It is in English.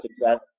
success